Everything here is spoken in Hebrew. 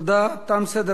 תם סדר-היום.